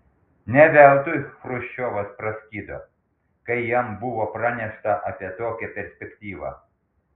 ne veltui chruščiovas praskydo kai jam buvo pranešta apie tokią perspektyvą